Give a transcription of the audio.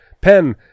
pen